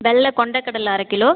வெள்ளை கொண்டக்கடலை அரை கிலோ